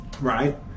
right